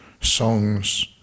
songs